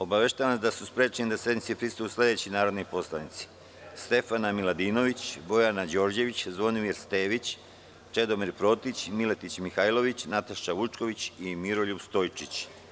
Obaveštavam vas da su sednici sprečeni da prisustvuju sledeći narodni poslanici: Stefana Miladinović, Bojana Đorđević, Zvonimir Stević, Čedomir Protić, Miletić Mihajlović, Nataša Vučković i Miroljub Stojčić.